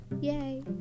yay